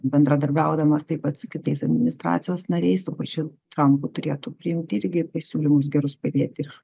bendradarbiaudamas taip pat su kitais administracijos nariais su pačiu trampu turėtų priimt irgi pasiūlymus gerus padėt ir